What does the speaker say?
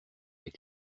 avec